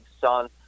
son